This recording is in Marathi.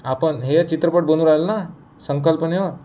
आपण हे चित्रपट बनू राहिलो ना संकल्पनेवर